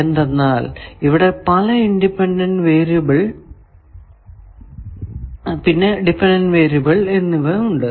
എന്തെന്നാൽ ഇവിടെ പല ഇൻഡിപെൻഡന്റ് വേരിയബിൾ പിന്നെ ഡിപെൻഡന്റ് വേരിയബിൾ എന്നിവ ഉണ്ട്